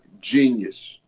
genius